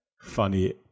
funny